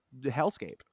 hellscape